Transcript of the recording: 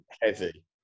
heavy